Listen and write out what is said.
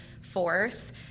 force